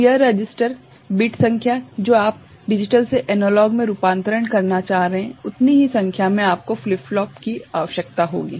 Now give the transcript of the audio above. तो यह register - bit संख्या जो आप डिजिटल से एनालॉग में रूपांतरण करना चाह रहे हैं उतनी ही संख्या में आपको फ्लिप फ्लॉप की आवश्यकता होगी